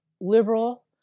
liberal